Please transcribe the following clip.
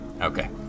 Okay